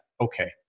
okay